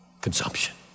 consumption